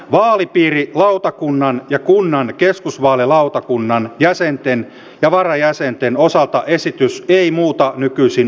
vaalipiirilautakunnan ja kunnan keskusvaalilautakunnan jäsenten ja varajäsenten osalta esitys ei muuta nykyisin noudatettua käytäntöä